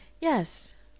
yes